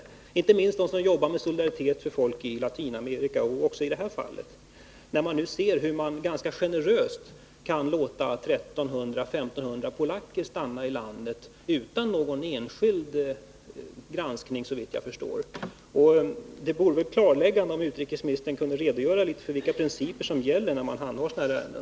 Det gör inte minst de som jobbar med solidaritet för bl.a. folken i Latinamerika, när man ser hur Sverige generöst kan låta 1300 å 1 500 polacker stanna i landet utan någon granskning av de enskilda fallen. Det skulle vara klarläggande om utrikesministern kunde redogöra för vilka principer som gäller när man handhar sådana här ärenden.